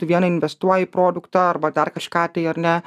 tu vieną investuoji produktą arba dar kažką tai ar ne